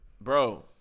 Bro